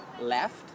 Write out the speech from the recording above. left